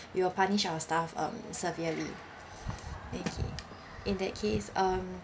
we'll punish our staff um severely okay in that case um